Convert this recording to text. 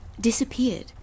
disappeared